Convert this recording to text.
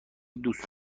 دوست